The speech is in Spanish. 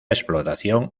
explotación